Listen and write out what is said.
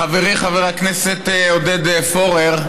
חברי חבר הכנסת עודד פורר,